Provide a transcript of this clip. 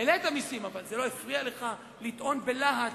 העלית מסים, אבל זה לא הפריע לך לטעון בלהט,